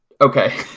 okay